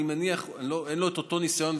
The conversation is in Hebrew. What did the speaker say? אני מניח שאין לו אותו ניסיון,